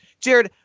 Jared